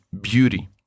beauty